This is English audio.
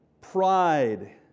Pride